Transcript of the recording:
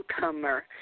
newcomer